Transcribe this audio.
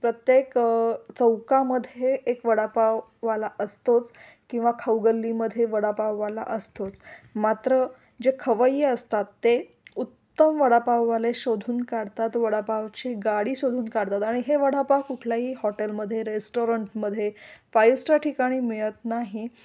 प्रत्येक चौकामध्ये एक वडापाववाला असतोच किंवा खाऊगल्लीमध्ये वडापाववाला असतोच मात्र जे खवैये असतात ते उत्तम वडापाववाले शोधून काढतात वडापावची गाडी शोधून काढतात आणि हे वडापाव कुठलाही हॉटेलमध्ये रेस्टॉरंटमध्ये फाईव स्टार ठिकाणी मिळत नाही